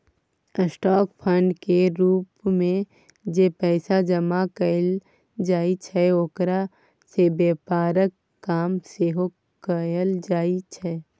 stock fund केर रूप मे जे पैसा जमा कएल जाइ छै ओकरा सँ व्यापारक काम सेहो कएल जाइ छै